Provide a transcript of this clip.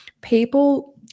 People